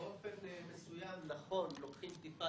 באופן מסוים אנחנו לוקחים טיפה